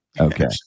Okay